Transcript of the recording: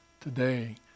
today